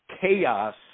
chaos